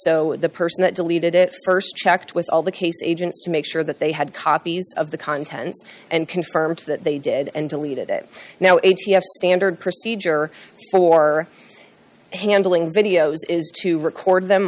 so the person that deleted it st checked with all the case agents to make sure that they had copies of the contents and confirm that they did and deleted it now a t f standard procedure for handling videos is to record them